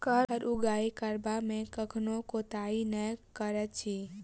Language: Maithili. कर उगाही करबा मे कखनो कोताही नै करैत अछि